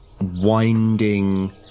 winding